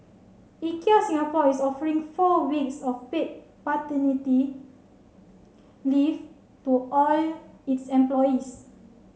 Ikea Singapore is offering four weeks of paid paternity leave to all its employees